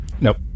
Nope